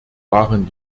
waren